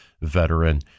veteran